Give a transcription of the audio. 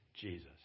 Jesus